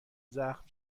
زخم